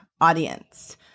audience